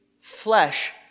flesh